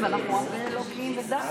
מזל טוב.